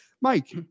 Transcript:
Mike